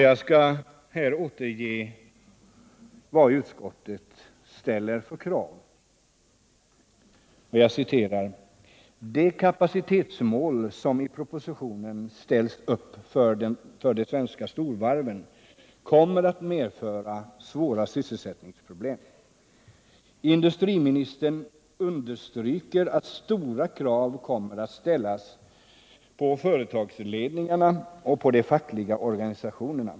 Jag skall här återge några av de krav som utskottet ställer: ”De kapacitetsmål som i propositionen ställs upp för de svenska storvarven kommer att medföra svåra sysselsättningsproblem. Industriministern understryker att stora krav kommer att ställas på företagsledningarna och på de fackliga organisationerna.